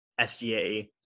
SGA